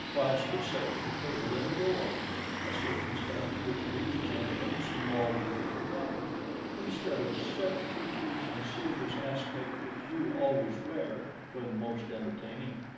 whilst it sets the table in a roar a circumstance which these gentlemen seem all to have forgotten instead of the set features and serious aspect which you always wear when most entertaining,